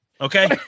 Okay